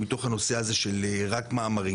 מתנצל, כי הגעתי מעט באיחור.